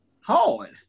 hard